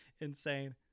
insane